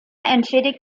entschädigt